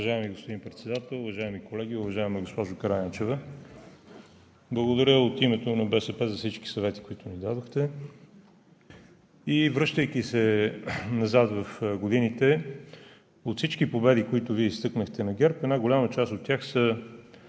Уважаеми господин Председател, уважаеми колеги! Уважаема госпожо Караянчева, благодаря от името на БСП за всички съвети, които ни дадохте. Връщайки се назад в годините, от всички победи на ГЕРБ, които Вие изтъкнахте, една голяма част от тях са